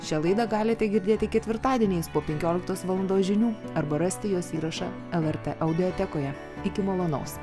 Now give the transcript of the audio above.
šią laidą galite girdėti ketvirtadieniais po penkioliktos valandos žinių arba rasti jos įrašą lrt audiotekoje iki malonaus